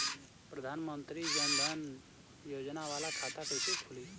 प्रधान मंत्री जन धन योजना वाला खाता कईसे खुली?